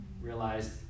Realized